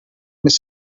mrs